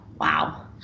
wow